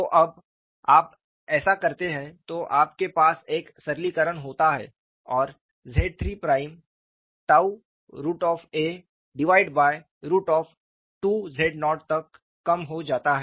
तो जब आप ऐसा करते हैं तो आपके पास एक सरलीकरण होता है और ZIII प्राइम a2z0 तक कम हो जाता है